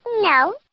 No